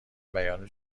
بیان